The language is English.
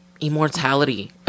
immortality